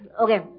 Okay